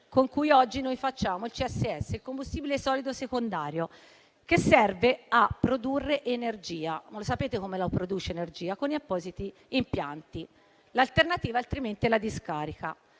con cui oggi noi facciamo il combustibile solido secondario (CSS), che serve a produrre energia. Sapete come produce energia? Con gli appositi impianti. L'alternativa è la discarica.